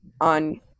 on